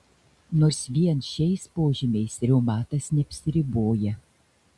nors vien šiais požymiais reumatas neapsiriboja